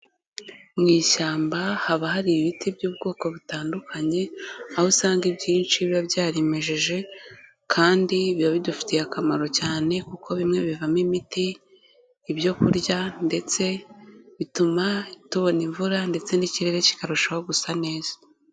Mu ishyamba haba hari ibiti by'ubwoko butandukanye, aho usanga ibyinshi biba byarimejeje kandi biba bidufitiye akamaro cyane, kuko bimwe bivamo imiti, ibyo kurya ndetse bituma tubona imvura ndetse n'ikirere kikarushaho gusa neza.